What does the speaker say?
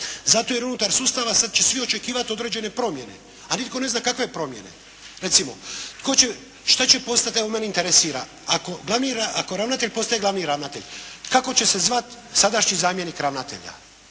Zato jer unutar sustava sada će svi očekivati određene promjene, a nitko ne zna kakve promjene. Recimo tko će, šta će postati evo mene interesira, ako ravnatelj postaje glavni ravnatelj kako će se zvati sadašnji zamjenik ravnatelja.